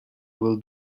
will